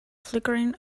flickering